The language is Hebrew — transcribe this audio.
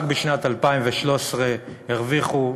רק בשנת 2013 הן הרוויחו,